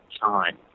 time